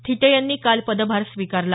थिटे यांनी काल पदभार स्वीकारला